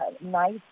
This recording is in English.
nice